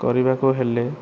କରିବାକୁ ହେଲେ